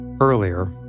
Earlier